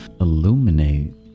illuminate